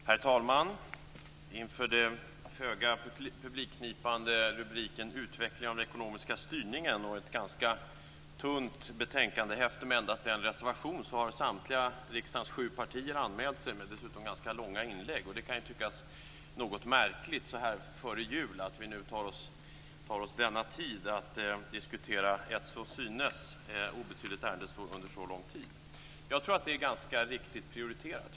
Herr talman! Inför den föga publikknipande rubriken Utvecklingen av den ekonomiska styrningen och ett ganska tunt betänkandehäfte med endast en reservation har samtliga riksdagens sju partier anmält sig, dessutom för ganska långa inlägg. Det kan tyckas något märkligt att vi så så här före jul tar oss denna tid att diskutera ett till synes obetydligt ärende under så lång tid, men jag tror att det är ganska riktigt prioriterat.